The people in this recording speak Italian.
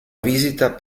visita